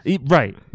right